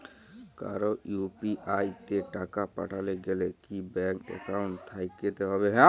কারো ইউ.পি.আই তে টাকা পাঠাতে গেলে কি ব্যাংক একাউন্ট থাকতেই হবে?